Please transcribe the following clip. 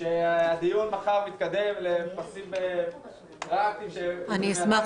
שהדיון מחר מתקדם לפסים פרקטיים --- אשמח